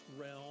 realm